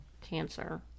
cancer